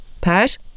Pat